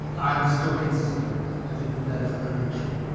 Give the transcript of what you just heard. i'm still consistent in that. i think that that is utterly true